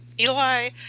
Eli